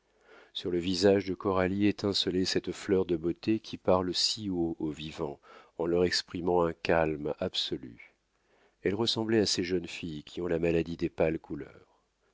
sur le visage de coralie étincelait cette fleur de beauté qui parle si haut aux vivants en leur exprimant un calme absolu elle ressemblait à ces jeunes filles qui ont la maladie des pâles couleurs